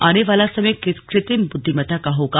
आने वाला समय कृत्रिम बुद्धिमता का होगा